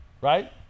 right